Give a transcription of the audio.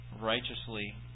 righteously